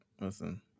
Listen